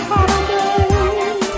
Holidays